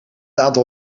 aantal